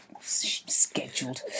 Scheduled